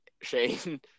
shane